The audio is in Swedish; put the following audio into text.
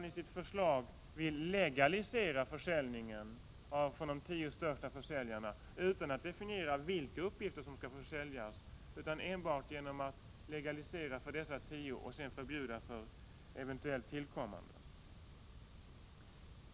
I sitt förslag vill man legalisera försäljningen från de tio största försäljarna, utan att definiera vilka uppgifter som skall få säljas. Man vill endast legalisera verksamheten för dessa tio och förbjuda eventuella tillkommande intressenter.